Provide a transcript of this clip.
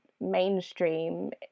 mainstream